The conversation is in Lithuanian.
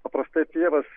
paprastai pievas